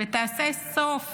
ותעשה סוף